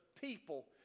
people